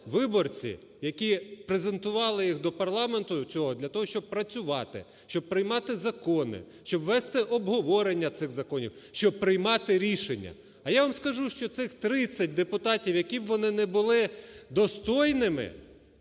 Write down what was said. виборці. Які презентували їх до парламенту цього для того, щоб працювати, щоб приймати закони, щоб вести обговорення цих законів, щоб приймати рішення. А я вам скажу, що цих 30 депутатів, які б вони не були достойними